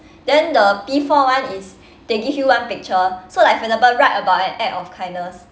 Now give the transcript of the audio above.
then the P four [one] is they give you one picture so like for example write about an act of kindness